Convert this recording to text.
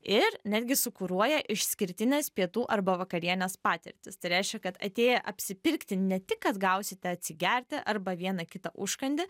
ir netgi sukuruoja išskirtines pietų arba vakarienės patirtis tai reiškia kad atėję apsipirkti ne tik kad gausite atsigerti arba vieną kitą užkandį